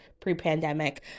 pre-pandemic